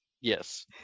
Yes